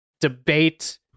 debate